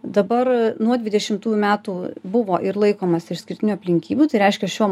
dabar nuo dvidešimtųjų metų buvo ir laikomasi išskirtinių aplinkybių tai reiškia šiuo mo